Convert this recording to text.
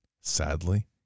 sadly